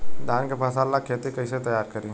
धान के फ़सल ला खेती कइसे तैयार करी?